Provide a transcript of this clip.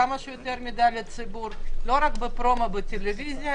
כמה שיותר מידע לציבור לא רק בפרומו בטלוויזיה,